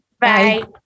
Bye